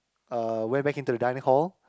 uh went back in to the dining hall